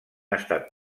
estat